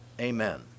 Amen